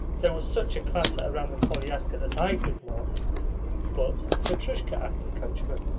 there was such a clatter around the koliaska that i could not but petrushka asked the coachman.